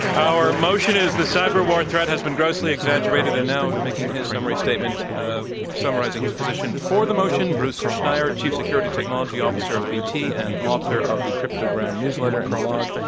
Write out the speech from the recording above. our motion is the cyber war threat has been grossly exaggerated, and now, making his summary statement summarizing his position for the motion, bruce schneier, chief security technology officer of bt and author of the cryptogram newsletter and blog,